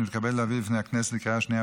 אני מתכבד להביא בפני הכנסת לקריאה השנייה